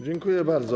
Dziękuję bardzo.